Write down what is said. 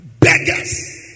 Beggars